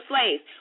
slaves